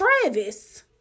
Travis